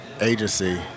Agency